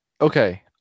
Okay